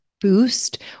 boost